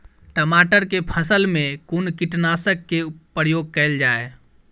टमाटर केँ फसल मे कुन कीटनासक केँ प्रयोग कैल जाय?